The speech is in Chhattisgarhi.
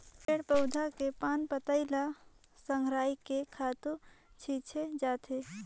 पेड़ पउधा के पान पतई ल संघरायके खातू छिछे जाथे